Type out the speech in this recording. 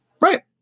Right